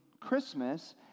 Christmas